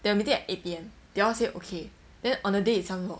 they were meeting at eight P_M they all say okay then on the day itself hor